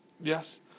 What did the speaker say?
Yes